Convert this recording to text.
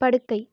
படுக்கை